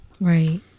Right